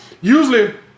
usually